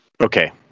Okay